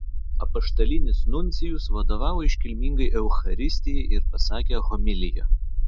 apaštalinis nuncijus vadovavo iškilmingai eucharistijai ir pasakė homiliją